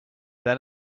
then